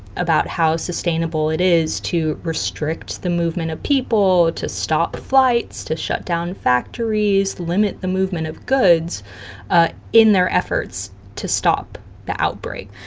about how sustainable it is to restrict the movement of people, to stop flights, to shut down factories, limit the movement of goods ah in their efforts to stop the outbreak.